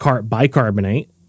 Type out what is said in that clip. bicarbonate